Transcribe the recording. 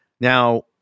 Now